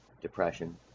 depression